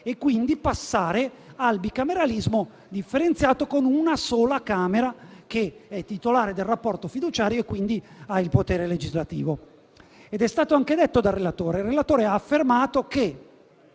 e quindi passare al bicameralismo differenziato, con una sola Camera titolare del rapporto fiduciario, che ha quindi il potere legislativo. È stato anche detto dal relatore, il quale ha affermato che